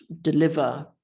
deliver